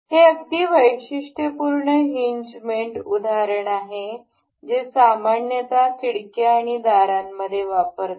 हे अगदी वैशिष्ट्यपूर्ण हिनज मेट उदाहरण आहे जे सामान्यतः खिडक्या आणि दारांमध्ये वापरतात